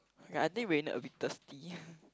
ya I think Reynerd a bit thirsty